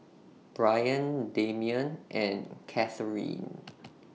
Bryan Damian and Katharine